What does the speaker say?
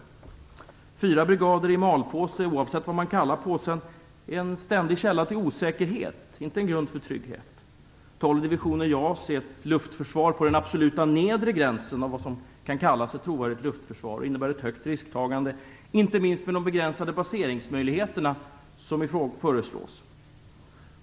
Att ha 4 brigader i malpåse är, oavsett vad man kallar påsen, en ständig källa till osäkerhet - inte en grund för trygghet. 12 divisioner JAS är ett luftförsvar på den absoluta nedre gränsen av vad som kan kallas för trovärdigt luftförsvar och innebär ett högt risktagande, inte minst med tanke på de begränsade baseringsmöjligheter som föreslås.